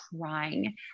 crying